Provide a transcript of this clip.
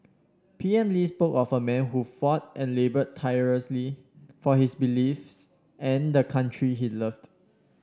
P M Lee spoke of a man who fought and laboured tirelessly for his beliefs and the country he loved